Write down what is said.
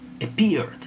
appeared